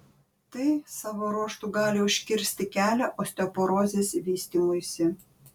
tai savo ruožtu gali užkirsti kelią osteoporozės vystymuisi